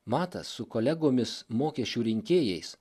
matas su kolegomis mokesčių rinkėjais